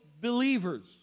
believers